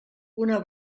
una